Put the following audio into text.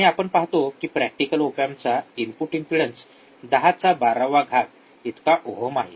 आणि आपण पाहतो की प्रॅक्टिकल ओप एम्पचा इनपुट इम्पेडन्स 10 चा 12 वा घात इतका ओहम आहे